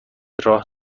راه